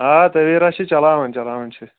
آ تَویرا چھِ چلاوَان چَلاوَان چھِ